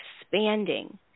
expanding